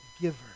giver